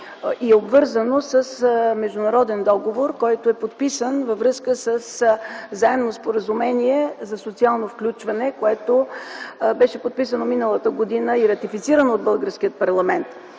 и обвързано с Международен договор, който е подписан във връзка със Заемно споразумение за социално включване, което беше подписано миналата година и ратифицирано от българския парламент.